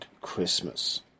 Christmas